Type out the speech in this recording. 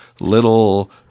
little